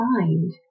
find